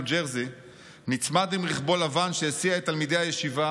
ג'רזי נצמד עם רכבו לוואן שהסיע את תלמידי הישיבה